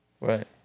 Right